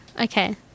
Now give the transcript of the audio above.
Okay